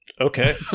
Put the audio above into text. Okay